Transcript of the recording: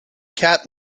cat